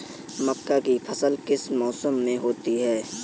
मक्का की फसल किस मौसम में होती है?